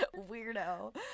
Weirdo